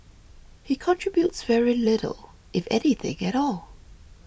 he contributes very little if anything at all